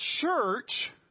church